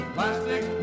Plastic